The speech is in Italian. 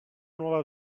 nuova